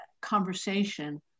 conversation